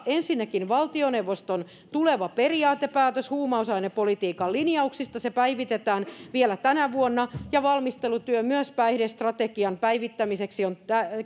ensinnäkin valtioneuvoston tuleva periaatepäätös huumausainepolitiikan linjauksista se päivitetään vielä tänä vuonna ja valmistelutyö myös päihdestrategian päivittämiseksi on